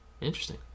Interesting